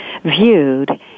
Viewed